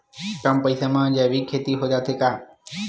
कम पईसा मा जैविक खेती हो जाथे का?